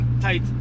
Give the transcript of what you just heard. tight